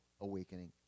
awakening